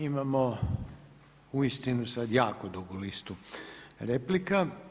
Imamo uistinu sad jako dugu listu replika.